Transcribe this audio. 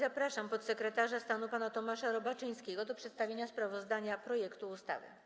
Zapraszam podsekretarza stanu pana Tomasza Robaczyńskiego do przedstawienia sprawozdania projektu ustawy.